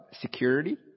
security